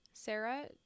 Sarah